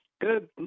Good